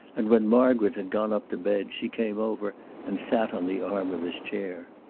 and when margaret had gone up to bed she came over and sat on the arm of his chair.